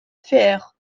faire